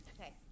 Okay